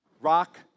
rock